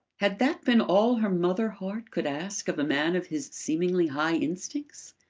had that been all her mother heart could ask of a man of his seemingly high instincts?